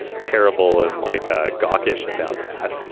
and terrible, and like ah gawkish about that.